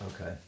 Okay